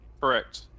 correct